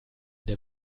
der